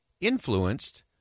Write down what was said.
influenced